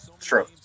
True